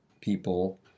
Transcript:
people